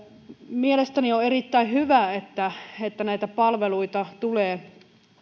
mielestäni on erittäin hyvä että että näitä palveluita tulee